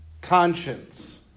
conscience